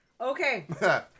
Okay